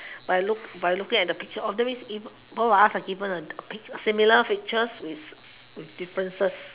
by look by looking at the pictures or that means both of us are given similar pictures with with differences